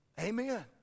Amen